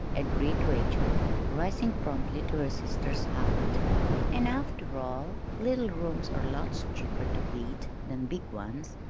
agreed rachel, rising promptly to her sister's height and, after all, little rooms are lots cheaper to heat than big ones.